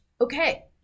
Okay